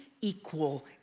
equal